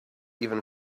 even